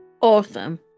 Awesome